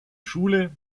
schule